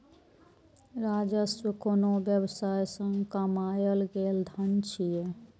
राजस्व कोनो व्यवसाय सं कमायल गेल धन छियै